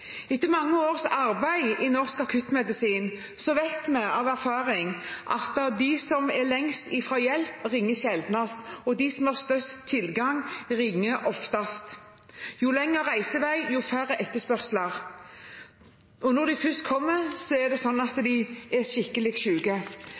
Etter mange års arbeid i norsk akuttmedisin vet jeg av erfaring at de som er lengst unna hjelpen, ringer sjeldnest, og at de som har størst tilgang, ringer oftest. Jo lengre reisevei, jo færre etterspørsler, og når de først kommer, er de skikkelig syke. Derfor er